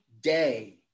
day